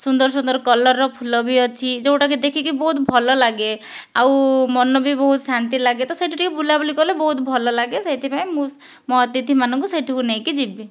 ସୁନ୍ଦର ସୁନ୍ଦର କଲରର ଫୁଲ ବି ଅଛି ଯେଉଁଟାକି ଦେଖିକି ବହୁତ ଭଲଲାଗେ ଆଉ ମନ ବି ବହୁତ ଶାନ୍ତି ଲାଗେ ତ ସେଇଠି ଟିକିଏ ବୁଲାବୁଲି କଲେ ବହୁତ ଭଲ ଲାଗେ ସେଇଥିପାଇଁ ମୁଁ ମୋ' ଅତିଥିମାନଙ୍କୁ ସେଇଠାକୁ ନେଇକି ଯିବି